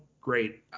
great